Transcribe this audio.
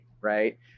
right